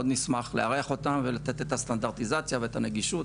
מאוד נשמח לארח אותם ולתת את הסטנדרטיזציה ואת הנגישות,